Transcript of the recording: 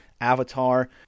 Avatar